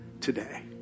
today